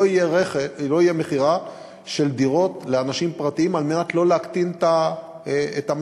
לא תהיה מכירה של דירות לאנשים פרטיים על מנת שלא להקטין את המלאי,